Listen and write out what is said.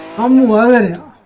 am one